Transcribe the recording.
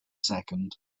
second